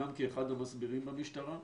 גם כאחד המסבירים במשטרה,